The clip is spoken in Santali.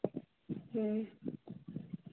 ᱦᱮᱸ